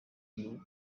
blue